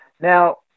Now